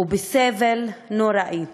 ובסבל נוראי.